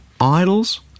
idols